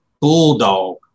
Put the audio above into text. bulldog